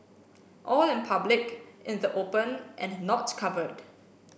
all in public in the open and not covered